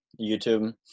YouTube